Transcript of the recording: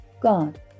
God